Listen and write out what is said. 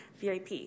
VIP